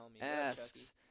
asks